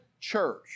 church